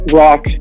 rock